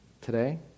today